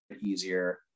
easier